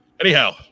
Anyhow